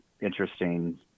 interesting